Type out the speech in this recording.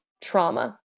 trauma